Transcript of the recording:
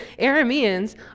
Arameans